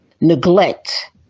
neglect